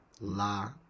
La